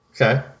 Okay